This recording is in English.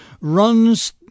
runs